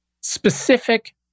specific